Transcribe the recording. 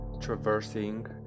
traversing